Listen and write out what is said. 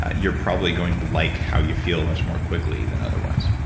ah you're probably going to like how you feel much more quickly than otherwise